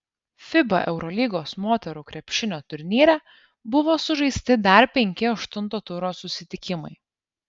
fiba eurolygos moterų krepšinio turnyre buvo sužaisti dar penki aštunto turo susitikimai